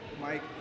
Mike